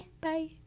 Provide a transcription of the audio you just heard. Bye